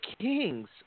Kings